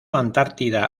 antártida